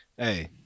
Hey